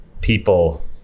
people